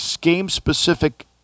game-specific